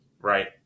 right